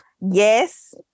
yes